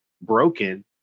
broken